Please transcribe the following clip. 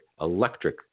electric